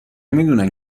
میدونن